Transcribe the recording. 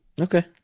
Okay